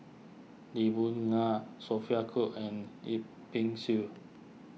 Lee Boon Ngan Sophia Cooke and Yip Pin Xiu